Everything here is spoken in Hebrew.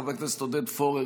חבר הכנסת עודד פורר,